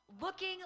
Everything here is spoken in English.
looking